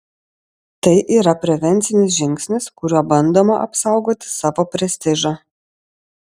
tai yra prevencinis žingsnis kuriuo bandoma apsaugoti savo prestižą